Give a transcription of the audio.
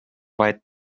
weit